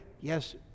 Yes